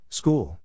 school